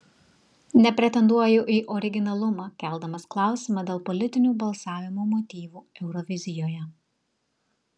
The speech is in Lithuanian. nepretenduoju į originalumą keldamas klausimą dėl politinių balsavimo motyvų eurovizijoje